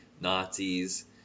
Nazis